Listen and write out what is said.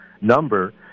number